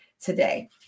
today